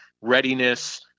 readiness